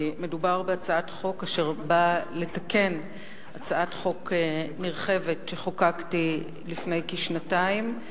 מדובר בהצעת חוק שבאה לתקן הצעת חוק נרחבת שחוקקתי לפני כשנתיים,